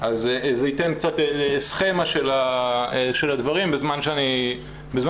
זה יתן קצת סכימה של הדברים בזמן שאני מדבר.